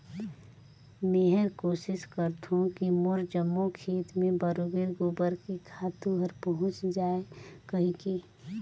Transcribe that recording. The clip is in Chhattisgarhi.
मेहर कोसिस करथों की मोर जम्मो खेत मे बरोबेर गोबर के खातू हर पहुँच जाय कहिके